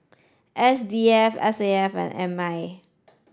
S D F S A F and M I